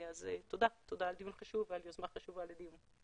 אז תודה על דיון חשוב ועל יוזמה חשובה לדיון.